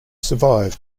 survived